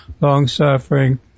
long-suffering